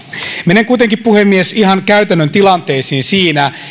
menen kuitenkin puhemies ihan käytännön tilanteisiin